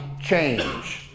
change